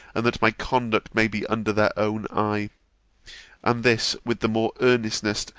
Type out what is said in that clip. and that my conduct may be under their own eye and this with the more earnestness,